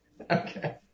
okay